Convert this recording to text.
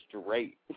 straight